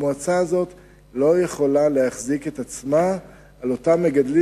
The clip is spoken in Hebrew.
המועצה הזאת לא יכולה להחזיק את עצמה על אותם מגדלים